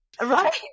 Right